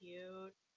Cute